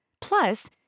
Plus